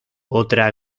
otra